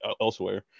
elsewhere